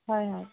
হয় হয়